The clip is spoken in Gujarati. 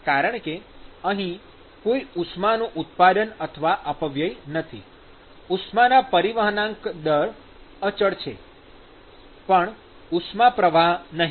કારણ કે અહી કોઈ ઉષ્માનું ઉત્પાદન અથવા અપવ્યય નથી ઉષ્મા પરિવહનાંક દર અચળ છે પણ ઉષ્મા પ્રવાહ નહીં